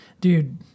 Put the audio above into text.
Dude